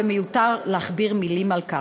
ומיותר להכביר מילים על כך.